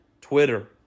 Twitter